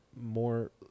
more